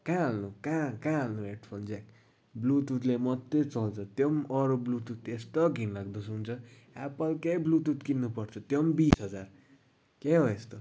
कहाँ हाल्नु कहाँ कहाँ हाल्नु हेडफोन चाहिँ ब्लुतुथले मात्रै चल्छ त्यो पनि अरू ब्लुतुथ यस्तो घिनलाग्दो हुन्छ एप्पलकै ब्लुतुथ किन्नुपर्छ त्यो पनि बिस हजार के हो यस्तो